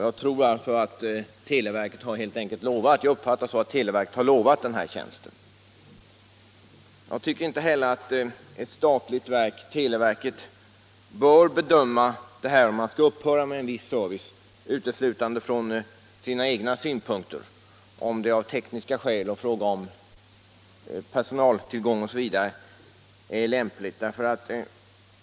Jag uppfattar det så att televerket har utlovat denna tjänst. Jag tycker inte att ett statligt verk, televerket, bör bedöma om man skall upphöra med en viss service uteslutande från sina egna utgångspunkter, t.ex. om det av tekniska skäl, med hänsyn till personaltillgång osv. är lämpligt.